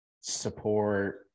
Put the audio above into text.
support